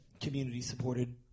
community-supported